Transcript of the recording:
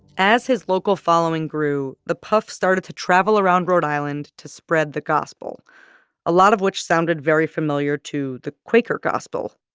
as his local following grew, the puf started to travel around rhode island to spread the gospel a lot of which sounded very familiar to the quaker gospel.